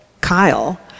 Kyle